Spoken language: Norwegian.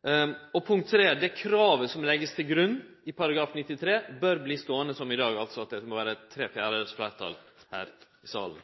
Stortinget. Punkt 3: Det kravet som vert lagt til grunn i § 93, bør verte ståande som i dag. Det må altså vere tre fjerdedels fleirtal her i salen.